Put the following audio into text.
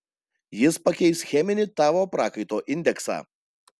jis pakeis cheminį tavo prakaito indeksą